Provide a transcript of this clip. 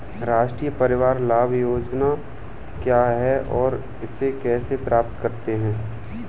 राष्ट्रीय परिवार लाभ परियोजना क्या है और इसे कैसे प्राप्त करते हैं?